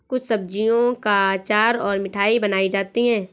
कुछ सब्जियों का अचार और मिठाई बनाई जाती है